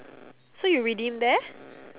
so you redeem there